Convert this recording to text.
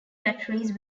batteries